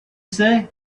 say